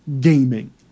gaming